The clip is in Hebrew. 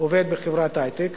עובד בחברת היי-טק